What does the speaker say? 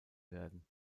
werden